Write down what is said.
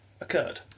occurred